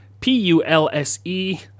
p-u-l-s-e